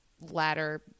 ladder